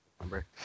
number